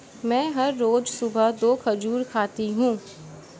मैं हर रोज सुबह दो खजूर खाती हूँ